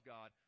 God